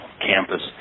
campus